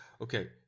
Okay